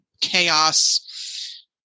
chaos